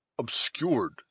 Obscured